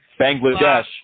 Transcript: Bangladesh